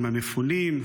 עם המפונים,